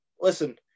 listen